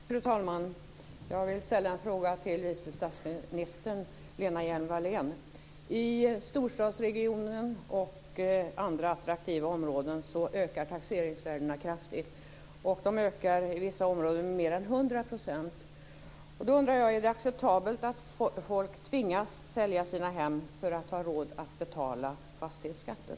Fru talman! Jag vill ställa en fråga till vice statsminister Lena Hjelm-Wallén. I storstadsregioner och andra attraktiva områden ökar taxeringsvärdena kraftigt. De ökar i vissa områden med mer än 100 %. Då undrar jag: Är det acceptabelt att folk tvingas sälja sina hem för att de inte har råd att betala fastighetsskatten?